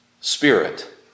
Spirit